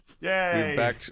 yay